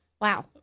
Wow